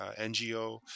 NGO